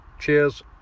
Cheers